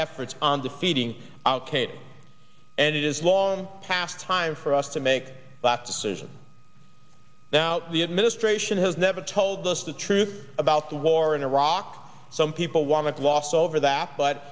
efforts on defeating al qaeda and it is long past time for us to make that decision now the administration has never told us the truth about the war in iraq some people want to gloss over that but